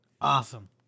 Awesome